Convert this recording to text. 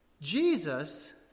Jesus